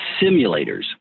simulators